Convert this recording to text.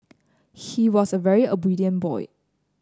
he was a very obedient boy